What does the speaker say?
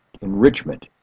enrichment